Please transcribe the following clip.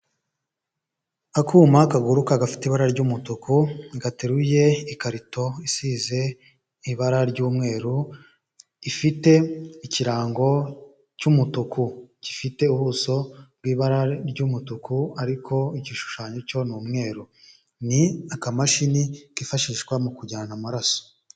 Akuma kagururuka gafite ibara ry'umutuku gateruye ikarito isize ibara ry'umweru ifite ikirango cy'umutuku, gifite ubuso bw'ibara ry'umutuku ariko igishushanyo cyo ni umweru, ni akamashini kifashishwa mu kujyana amaraso.